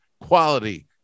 quality